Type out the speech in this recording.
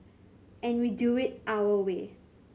and we do it our way